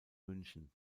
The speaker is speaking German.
münchen